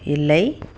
இல்லை